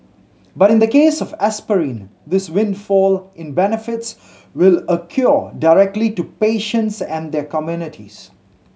but in the case of aspirin this windfall in benefits will accrue directly to patients and their communities